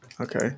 Okay